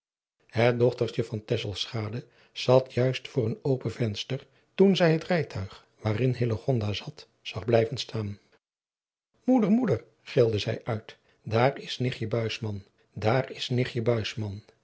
het dochtertje van tesselschade zat juist voor een open venster toen zij het rijadriaan loosjes pzn het leven van hillegonda buisman tuig waarin hillegonda zat zag blijven staan moeder moeder gilde zij uit daar is nichtje buisman daar is